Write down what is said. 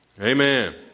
Amen